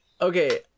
okay